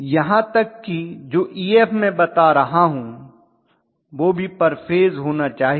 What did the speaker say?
यहां तक कि जो Ef मैं बता रहा हूं वह भी पर फेज होना चाहिए